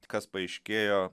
kas paaiškėjo